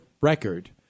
record